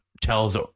tells